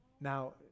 Now